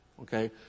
okay